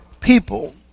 people